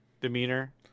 demeanor